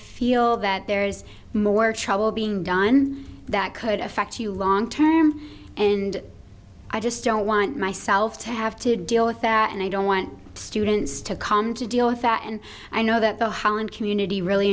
feel that there is more trouble being done that could affect you long term and i just don't want myself to have to deal with that and i don't want students to come to deal with that and i know that the holland community really